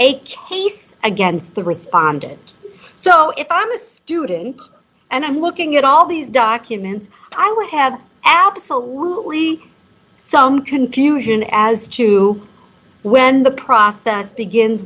case against the respondent so if i'm a student and i'm looking at all these documents i will have absolutely some confusion as to when the process begins